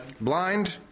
blind